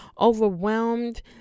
overwhelmed